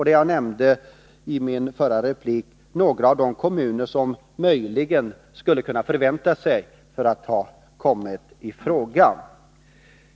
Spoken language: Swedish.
Jag nämnde i min förra replik några av de kommuner som möjligen skulle ha kunnat förvänta sig att komma i fråga.